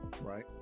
Right